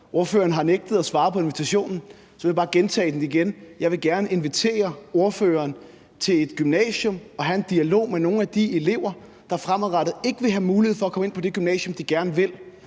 Ordføreren har nægtet at svare på invitationen. Så jeg vil bare gentage den: Jeg vil gerne invitere ordføreren til et gymnasium for at have en dialog med nogle af de elever, der fremadrettet ikke vil have mulighed for at komme ind på det gymnasium, de gerne vil